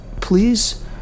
please